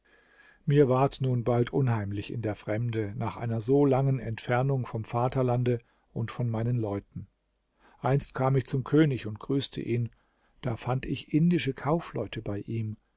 mir ward nun bald unheimlich in der fremde nach einer so langen entfernung vom vaterlande und von meinen leuten einst kam ich zum könig und grüßte ihn da fand ich indische kaufleute bei ihm